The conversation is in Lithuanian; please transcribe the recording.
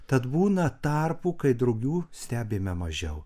tad būna tarpų kai drugių stebime mažiau